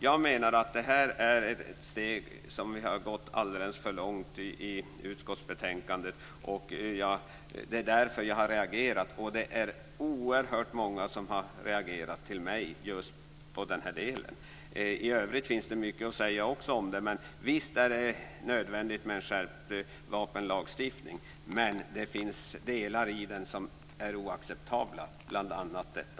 Jag menar att vi här har tagit ett steg i utskottsbetänkandet som lett alldeles för långt, och det är därför jag har reagerat. Det är också oerhört många som har reagerat till mig i just den här delen. I övrigt finns det också mycket att säga om detta. Visst är det nödvändigt med en skärpt vapenlagstiftning, men det finns delar i den som är oacceptabla, bl.a. detta.